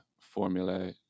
formula